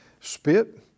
spit